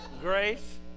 Grace